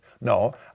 No